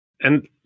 And-